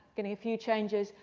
getting a few changes.